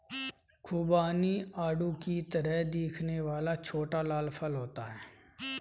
खुबानी आड़ू की तरह दिखने वाला छोटा लाल फल होता है